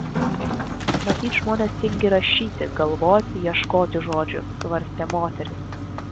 matyt žmonės tingi rašyti galvoti ieškoti žodžių svarstė moteris